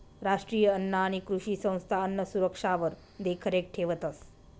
राष्ट्रीय अन्न आणि कृषी संस्था अन्नसुरक्षावर देखरेख ठेवतंस